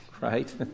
Right